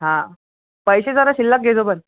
हा पैसे जरा शिल्लक घे सोबत